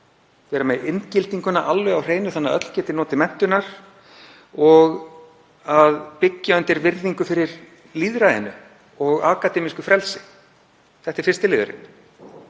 vera með inngildinguna alveg á hreinu þannig að öll geti notið menntunar, og að byggja undir virðingu fyrir lýðræðinu og akademísku frelsi. Þetta er fyrsti liðurinn.